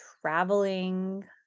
traveling